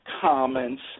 comments